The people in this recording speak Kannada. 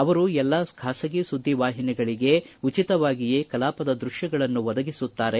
ಅವರು ಎಲ್ಲಾ ಖಾಸಗಿ ಸುದ್ದಿ ವಾಹಿನಿಗಳಿಗೆ ಉಚಿತವಾಗಿಯೇ ಕಲಾಪದ ದೃಶ್ವಗಳನ್ನು ಒದಗಿಸುತ್ತಾರೆ